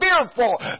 fearful